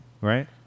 right